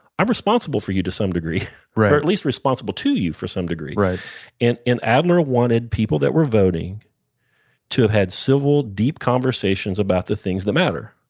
i'm responsible for you to some degree or at least responsible to you for some degree right and and adler wanted people that were voting to have had civil deep conversations about the things that matter,